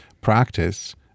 practice